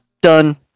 done